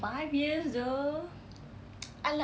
five years though